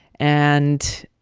and